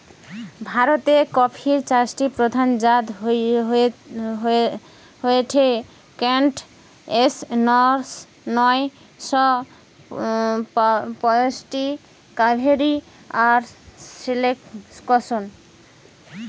ভারতের কফির চারটি প্রধান জাত হয়ঠে কেন্ট, এস নয় শ পয়ষট্টি, কাভেরি আর সিলেকশন